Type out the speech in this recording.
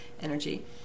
energy